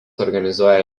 organizuoja